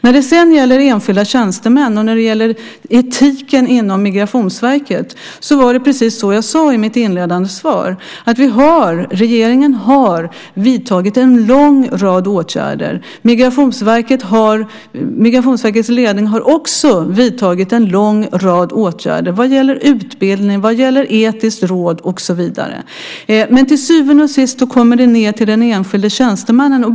När det sedan gäller enskilda tjänstemän och när det gäller etiken inom Migrationsverket är det precis som jag sade i mitt inledande svar, nämligen att regeringen har vidtagit en lång rad åtgärder. Migrationsverkets ledning har också vidtagit en lång rad åtgärder vad gäller utbildning, vad gäller etiskt råd och så vidare. Men till syvende och sist kommer det ned till den enskilde tjänstemannen.